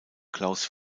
klaus